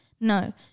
No